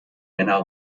männer